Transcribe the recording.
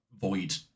void